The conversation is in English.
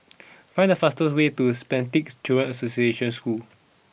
find the fast way to Spastic Children's Association School